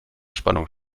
spannung